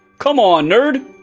come on, nerd.